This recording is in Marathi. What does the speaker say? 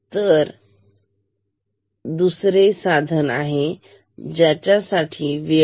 परंतु माझ्या कडे दुसरे साधन आहे ज्याच्यासाठी वेळ0